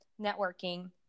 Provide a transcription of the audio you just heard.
networking